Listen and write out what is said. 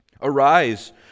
Arise